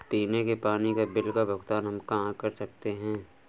पीने के पानी का बिल का भुगतान हम कहाँ कर सकते हैं?